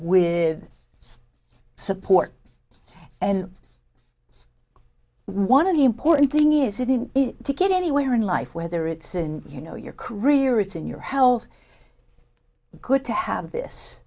with support and one of the important thing is it is to get anywhere in life whether it's in you know your career it's in your health good to have this